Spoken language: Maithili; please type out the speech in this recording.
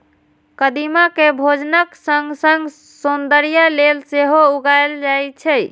कदीमा कें भोजनक संग संग सौंदर्य लेल सेहो उगायल जाए छै